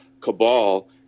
cabal